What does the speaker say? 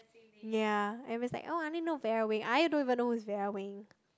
ya I was like oh I only know Vera Wing I don't even know who's Vera Wing